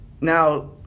Now